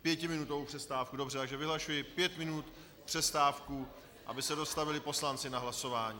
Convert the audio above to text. Pětiminutovou přestávku dobře, vyhlašuji pět minut přestávku, aby se dostavili poslanci na hlasování.